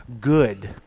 good